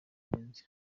birenze